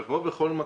אבל כמו בכל מקום,